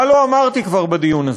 מה לא אמרתי כבר בדיון הזה?